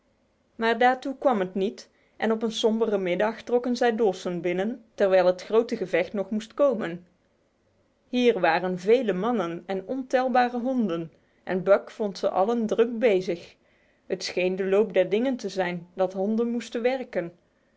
maar daartoe kwam het niet en op een sombere middag trokken zij dawson binnen terwijl het grote gevecht nog moest komen hier waren vele mannen en ontelbare honden en buck vond hen allen druk bezig het scheen de loop der dingen te zijn dat honden moesten werken